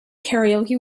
karaoke